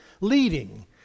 leading